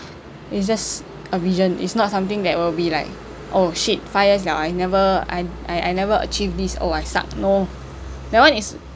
it's just a vision it's not something that will be like oh shit five years liao I never I I never achieve this oh I suck no that one is